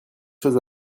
choses